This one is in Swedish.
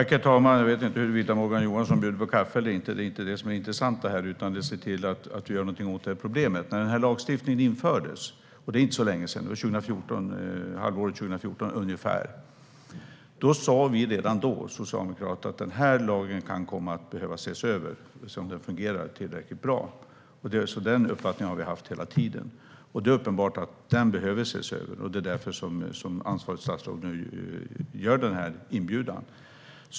Herr talman! Jag vet inte huruvida Morgan Johansson bjuder på kaffe eller inte. Det är inte det intressanta, utan det intressanta är att göra någonting åt det här problemet. Redan när den här lagstiftningen infördes - det är inte så länge sedan; det var omkring halvåret 2014 - sa vi socialdemokrater att den här lagen kan komma att behöva ses över för att se om den fungerar tillräckligt bra. Den uppfattningen har vi alltså haft hela tiden. Det är uppenbart att den behöver ses över. Det är därför ansvarigt statsråd nu gör den här inbjudan.